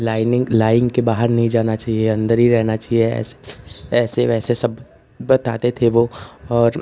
lining line के बाहर नहीं जाना चाहिए अन्दर ही रहना चाहिए ऐसे ऐसे वैसे सब बताते थे वह और